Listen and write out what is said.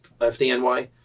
FDNY